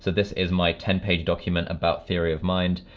this is my ten page document about theory of mind.